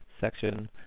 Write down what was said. section